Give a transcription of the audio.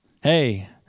Hey